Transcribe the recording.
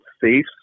safe